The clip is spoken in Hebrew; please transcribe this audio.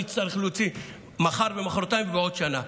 צריך להוציא מחר ומוחרתיים ובעוד שנה.